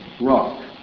rock